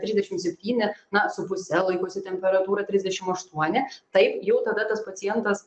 trisdešim septyni na su puse laikosi temperatūra trisdešim aštuoni taip jau tada tas pacientas